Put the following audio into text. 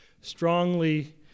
strongly